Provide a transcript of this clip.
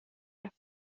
رفت